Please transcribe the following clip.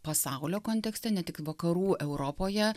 pasaulio kontekste ne tik vakarų europoje